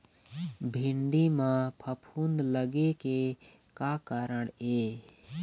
भिंडी म फफूंद लगे के का कारण ये?